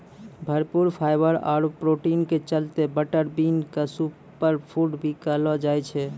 भरपूर फाइवर आरो प्रोटीन के चलतॅ बटर बीन क सूपर फूड भी कहलो जाय छै